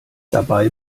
dabei